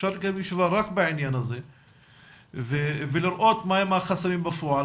אפשר לקיים ישיבה רק בעניין הזה ולראות מהם החסמים בפועל,